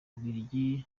bubiligi